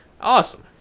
Awesome